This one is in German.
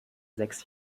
sechs